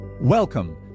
Welcome